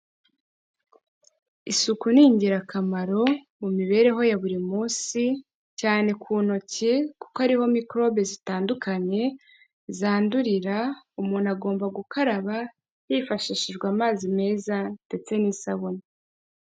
Isuku ni ingirakamaro, mu mibereho ya buri munsi, cyane ku ntoki kuko ari wo mikorobe zitandukanye zandurira, umuntu agomba gukaraba hifashishijwe amazi meza ndetse n'isabune.